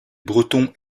bretons